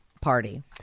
party